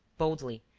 boldly,